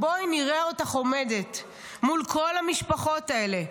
בואי נראה אותך עומדת מול כל המשפחות האלה,